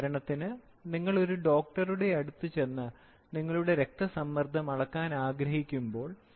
ഉദാഹരണത്തിന് നിങ്ങൾ ഒരു ഡോക്ടറുടെ അടുത്ത് ചെന്ന് നിങ്ങളുടെ രക്തസമ്മർദ്ദം അളക്കാൻ ആഗ്രഹിക്കുമ്പോൾ